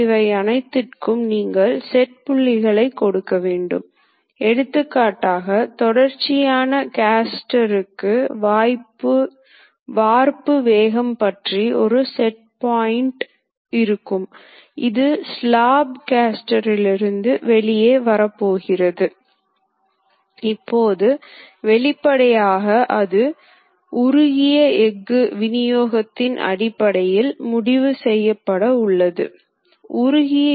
ஒரு நாளைக்கு ஒரு இயந்திரத்தை நிரல் செய்து ஒரே நேரத்தில் அதற்கு போதுமான வேலைப்பொருளை உள்ளீடாக கொடுத்தால் இந்த இயந்திரங்கள் எந்த மேற்பார்வையோ அல்லது எந்தவொரு இயக்க பணியாளர்களும் இல்லாமல் நாள் முழுவதும் இயங்க முடியும்